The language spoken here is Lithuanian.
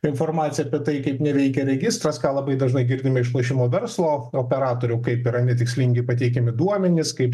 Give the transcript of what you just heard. informaciją apie tai kaip neveikia registras ką labai dažnai girdime iš lošimo verslo operatorių kaip yra netikslingi pateikiami duomenys kaip